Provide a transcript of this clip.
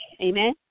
Amen